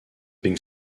being